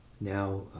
now